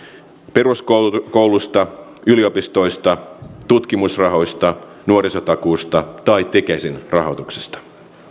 peruskoulusta yliopistoista tutkimusrahoista nuorisotakuusta tai tekesin rahoituksesta